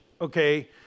okay